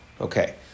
Okay